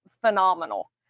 phenomenal